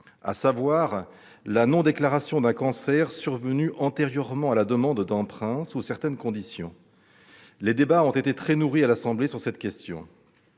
à savoir la non-déclaration d'un cancer survenu antérieurement à la demande d'emprunt, sous certaines conditions. Les débats ont été très nourris à l'Assemblée nationale sur cette question.